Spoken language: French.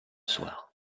soir